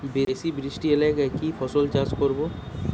বেশি বৃষ্টি এলাকায় কি ফসল চাষ করব?